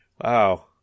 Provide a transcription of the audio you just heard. Wow